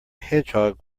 hedgehog